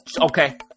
okay